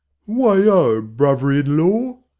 wayo, brother-in-law!